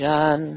John